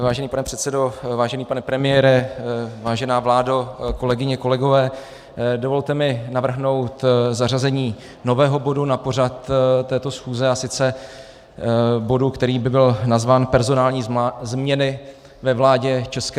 Vážený pane předsedo, vážený pane premiére, vážená vládo, kolegyně, kolegové, dovolte mi navrhnout zařazení nového bodu na pořad této schůze, a sice bodu, který by byl nazván Personální změny ve vládě ČR.